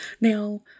Now